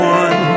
one